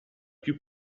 più